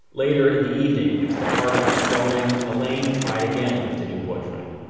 later in the evening, as the party got going, elaine tried again with the new boyfriend.